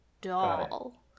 doll